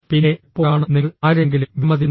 പിന്നെ എപ്പോഴാണ് നിങ്ങൾ ആരെയെങ്കിലും വിലമതിക്കുന്നത്